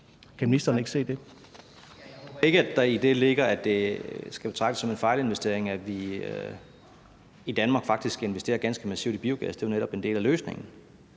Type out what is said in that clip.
(Dan Jørgensen): Det er ikke sådan, at der i det ligger, at det skal betragtes som en fejlinvestering, at vi i Danmark faktisk investerer ganske massivt i biogas. Det er jo netop en del af løsningen.